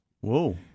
Whoa